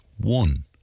One